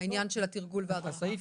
העניין של התרגול והדרכה.